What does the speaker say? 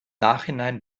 nachhinein